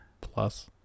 plus